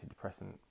antidepressant